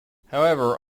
however